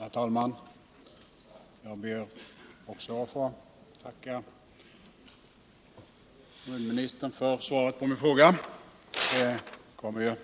Herr talman! Jag ber att få tacka kommunministern för svaret på min fråga. Det kom